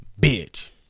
bitch